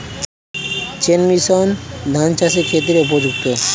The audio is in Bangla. চেইন মেশিন ধান চাষের ক্ষেত্রে উপযুক্ত?